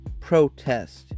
protest